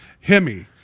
hemi